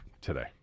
today